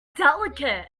decollete